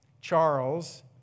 Charles